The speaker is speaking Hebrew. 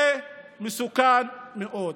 זה מסוכן מאוד.